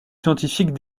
scientifiques